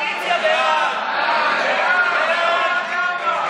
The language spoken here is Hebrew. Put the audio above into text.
להעביר את הצעת חוק ציון יום לאומי